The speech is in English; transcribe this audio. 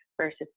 versus